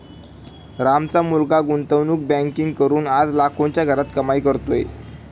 रामचा मुलगा गुंतवणूक बँकिंग करून आज लाखोंच्या घरात कमाई करतोय